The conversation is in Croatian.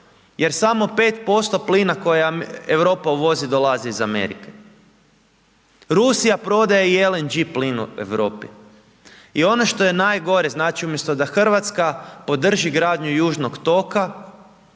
jer samo 5% plina koje Europa uvozi dolazi iz Amerika. Rusija prodaje i LNG plin u Europi i ono što je najgore, znači umjesto da Hrvatska podrži gradnju Južnog toga